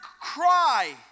cry